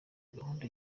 gahunda